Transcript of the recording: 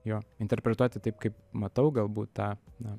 jo interpretuoti taip kaip matau galbūt tą na